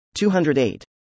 208